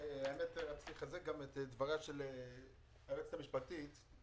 רציתי לחזק גם את דבריה של היועצת המשפטית לוועדה,